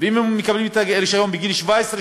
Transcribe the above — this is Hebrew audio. ואם הם מקבלים את הרישיון בגיל 17,